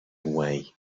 way